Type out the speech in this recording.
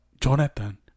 Jonathan